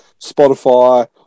spotify